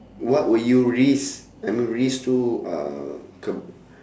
what would you risk I mean risk to uh